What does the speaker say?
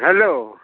hello